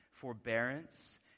forbearance